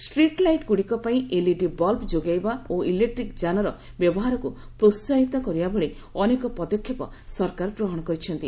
street ଲାଇଟ୍ଗୁଡ଼ିକ ପାଇଁ LED bulb ଯୋଗାଇବା ଓ ଇଲେକ୍ଟି ଯାନର ବ୍ୟବହାରକୁ ପ୍ରୋହାହିତ କରିବା ଭଳି ଅନେକ ପଦକ୍ଷେପ ସରକାର ଗ୍ରହଣ କରିଛନ୍ତି